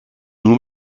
nur